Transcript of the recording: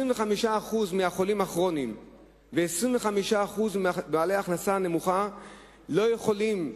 25% מהחולים הכרוניים ו-25% מבעלי ההכנסה הנמוכה לא יכולים,